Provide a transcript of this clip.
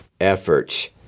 efforts